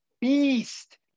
beast